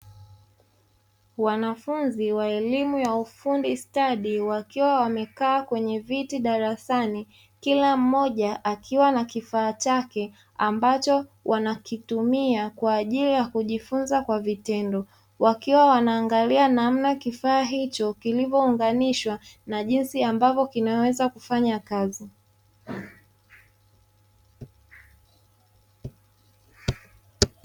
Wanafunzi wa elimu ya ufundi stadi wakiwa wamekaa kwenye viti darasani, kila mmoja akiwa na kifaa chake ambacho wanakitumia kwa ajili ya kujifunza kwa vitendo. Wakiwa wanaangalia namna kifaa hicho kilivyounganishwa na jinsi ambavyo kinaweza kufanya kazi.